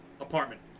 apartment